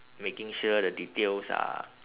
making sure that the details are